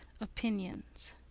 opinions